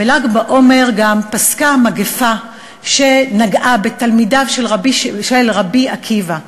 בל"ג בעומר גם פסקה המגפה שנגעה בתלמידיו של רבי עקיבא.